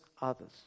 others